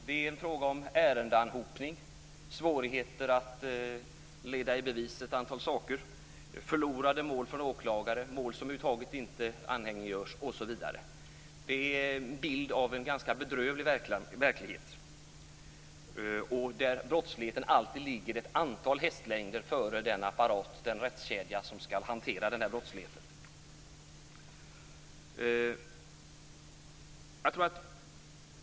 Det är fråga om ärendeanhopning, svårigheter att leda i bevis ett antal saker, förlorade mål för åklagaren, mål som över huvud taget inte anhängiggörs, osv. Det är en bild av en ganska bedrövlig verklighet där brottsligheten alltid ligger att antal hästlängder före den apparat, den rättskedja, som skall hantera denna brottslighet.